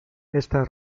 estas